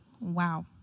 wow